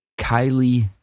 Kylie